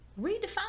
redefine